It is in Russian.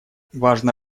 важно